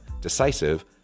decisive